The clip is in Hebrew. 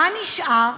מה נשאר?